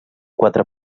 quatre